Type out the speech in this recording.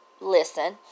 listen